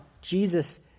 Jesus